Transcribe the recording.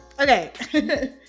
Okay